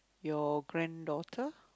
your grand-daughter